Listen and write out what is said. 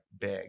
big